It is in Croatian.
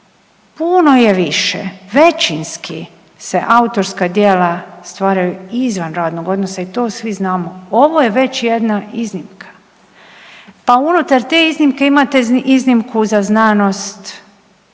puno je više, većinski se autorska djela stvaraju izvan radnog odnosa i to svi znamo. Ovo je već jedna iznimka, pa unutar te iznimke imate iznimku za znanost